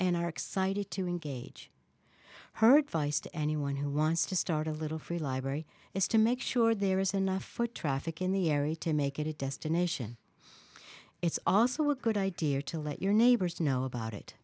and are excited to engage heard vice to anyone who wants to start a little free library is to make sure there is enough foot traffic in the area to make it a destination it's also a good idea to let your neighbors know about it